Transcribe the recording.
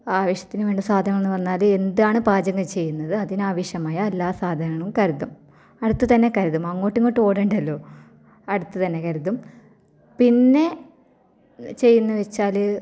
ആവശ്യത്തിന് വേണ്ട സാധനങ്ങളെന്ന് പറഞ്ഞാൽ എന്താണ് പാചകം ചെയ്യുന്നത് അതിനാവശ്യമായ എല്ലാ സാധനങ്ങളും കരുതും അടുത്തുതന്നെ കരുതും അങ്ങോട്ടും ഇങ്ങോട്ടും ഓടേണ്ടല്ലൊ അടുത്തുതന്നെ കരുതും പിന്നെ ചെയ്യുന്നത് വെച്ചാൽ